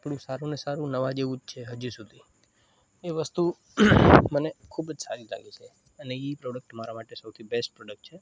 કપડું સારું અને સારું નવા જેવું જ છે હજુ સુધી એ વસ્તુ મને ખૂબ જ સારી લાગે છે અને એ પ્રોડક્ટ મારા માટે સૌથી બેસ્ટ પ્રોડક્ટ છે